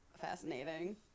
fascinating